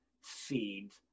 seeds